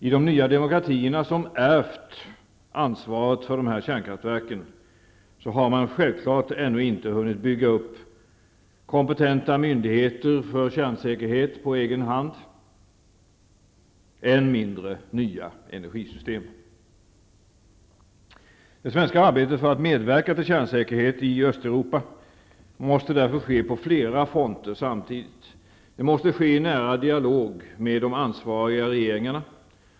I de nya demokratierna som ärvt ansvaret för dessa kärnkraftverk har man självfallet ännu inte hunnit bygga upp kompetenta myndigheter för kärnsäkerhet och strålskydd på egen hand, än mindre nya energisystem. Det svenska arbetet för att medverka till kärnsäkerhet i Östeuropa måste därför ske på flera fronter samtidigt. Det måste ske i nära dialog med de ansvariga regeringarna.